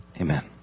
amen